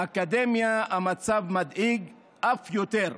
באקדמיה המצב מדאיג אף יותר.